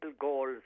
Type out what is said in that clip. goals